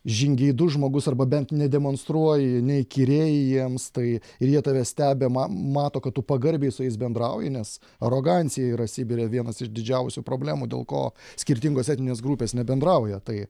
žingeidus žmogus arba bent nedemonstruoji neįkyrėji jiems tai ir jie tave stebi ma mato kad tu pagarbiai su jais bendrauji nes arogancija yra sibire vienas iš didžiausių problemų dėl ko skirtingos etninės grupės nebendrauja tai